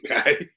okay